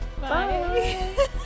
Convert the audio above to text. Bye